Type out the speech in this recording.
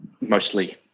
mostly